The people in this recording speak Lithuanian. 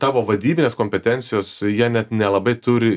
tavo vadybinės kompetencijos jie net nelabai turi